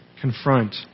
confront